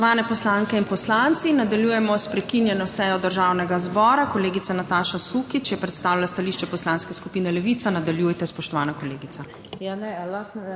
Spoštovane poslanke in poslanci, nadaljujemo s prekinjeno sejo Državnega zbora. Kolegica Nataša Sukič je predstavila stališče Poslanske skupine Levica, nadaljujte, spoštovana kolegica...